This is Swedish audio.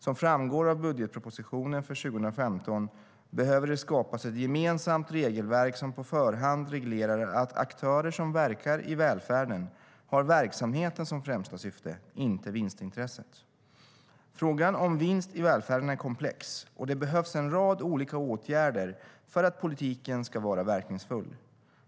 Som framgår av budgetpropositionen för 2015 behöver det skapas ett gemensamt regelverk som på förhand reglerar att aktörer som verkar i välfärden har verksamheten som främsta syfte, inte vinstintresset. Frågan om vinst i välfärden är komplex, och det behövs en rad olika åtgärder för att politiken ska bli verkningsfull.